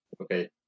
okay